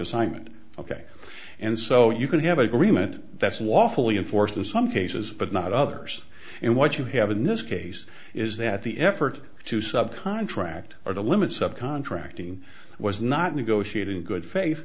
assignment ok and so you can have agreement that's lawfully in force and some cases but not others and what you have in this case is that the effort to subcontract or the limits of contracting was not negotiating in good fa